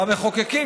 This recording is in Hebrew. המחוקקים,